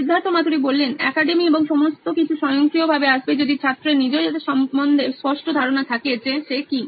Siddharth Maturi C E O নোইন electronics academy এবং সমস্তকিছু স্বয়ংক্রিয়ভাবে আসবে যদি ছাত্রের নিজের সম্বন্ধে স্পষ্ট ধারণা থাকে যে সে কি